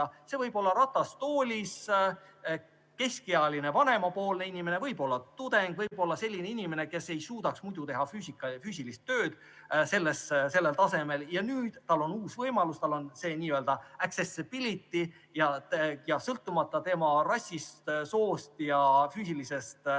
See võib olla ratastoolis, keskealine, vanemapoolne inimene, võib olla tudeng, võib olla selline inimene, kes ei suudaks muidu teha füüsilist tööd sellisel tasemel ja nüüd on tal uus võimalus, tal on n‑öaccessibilityning sõltumata rassist, soost ja füüsilisest